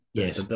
Yes